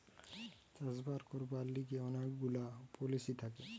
চাষ বাস করবার লিগে অনেক গুলা পলিসি থাকে